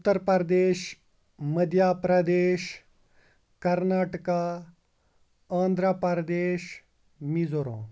Uttar Pradesh Madhya Pradesh Karnataka Andhra Pradesh Mizoram